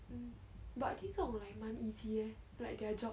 mm but 听这种 like 蛮 easy eh like their job